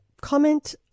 comment